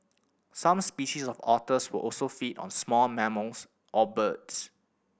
some species of otters was also feed on small mammals or birds